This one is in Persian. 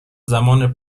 زمان